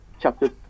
chapter